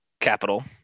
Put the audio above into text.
capital